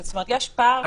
יש פער.